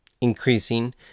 increasing